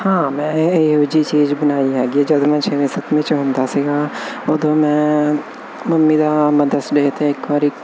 ਹਾਂ ਮੈਂ ਇਹੋ ਜਿਹੀ ਚੀਜ਼ ਬਣਾਈ ਹੈਗੀ ਜਦ ਮੈਂ ਛੇਵੇਂ ਸੱਤਵੇਂ ਚ ਆਉਂਦਾ ਸੀਗਾ ਉਦੋਂ ਮੈਂ ਮੰਮੀ ਦਾ ਮਦਰਸ ਡੇ ਤੇ ਇੱਕ ਵਾਰੀ ਪੋਸਟਰ